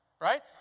right